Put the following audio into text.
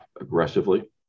aggressively